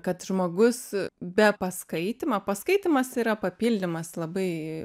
kad žmogus be paskaitymo paskaitymas yra papildymas labai